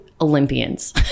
olympians